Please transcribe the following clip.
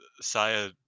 Saya